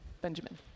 Benjamin